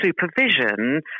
supervision